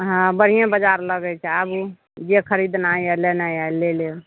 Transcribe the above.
हँ बढ़िएँ बजार लगै छै आबू जे खरदिनाइ अइ लेनाइ अइ ले लेब